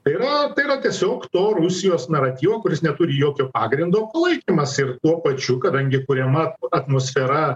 tai yra tai yra tiesiog to rusijos naratyvo kuris neturi jokio pagrindo palaikymas ir tuo pačiu kadangi kuriama atmosfera